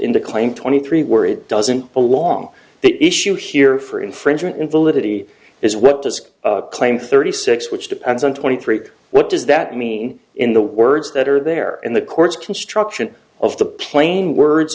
claim twenty three were it doesn't belong the issue here for infringement in validity is what does claim thirty six it depends on twenty three what does that mean in the words that are there in the court's construction of the plain words